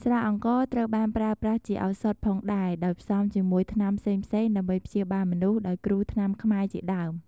ស្រាអង្ករត្រូវបានប្រើប្រាស់ជាឪសថផងដែរដោយផ្សំជាមួយថ្នាំផ្សេងៗដើម្បីព្យាបាលមនុស្ស ដោយគ្រូថ្នាំខ្មែរជាដើម។